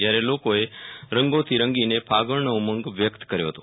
જ્યારે લોકોએ રંગોથી રંગીને ફાગણનો ઉમંગ વ્યક્ત કર્યો હતો